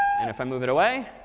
and if i move it away,